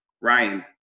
Ryan